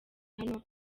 hano